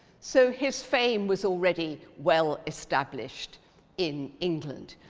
so his fame was already well established in england.